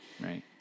Right